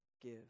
give